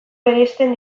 bereizten